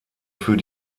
für